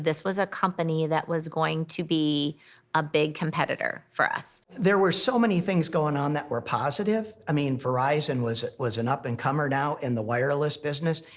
was a company that was going to be a big competitor for us. there were so many things going on that were positive. i mean, verizon and was was an up and comer now in the wireless business.